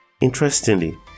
Interestingly